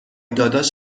داداش